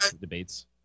debates